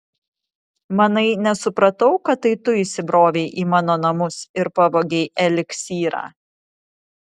manai nesupratau kad tai tu įsibrovei į mano namus ir pavogei eliksyrą